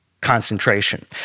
concentration